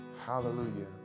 Hallelujah